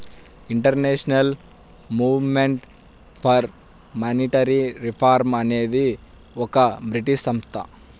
international movement for monetary reform అనేది ఒక British సంస్థ